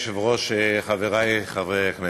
אדוני היושב-ראש, חברי חברי הכנסת,